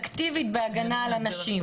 אקטיבית בהגנה על הנשים,